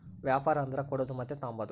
ವ್ಯಾಪಾರ ಅಂದರ ಕೊಡೋದು ಮತ್ತೆ ತಾಂಬದು